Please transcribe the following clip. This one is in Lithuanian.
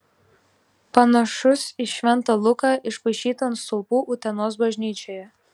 panašus į šventą luką išpaišytą ant stulpų utenos bažnyčioje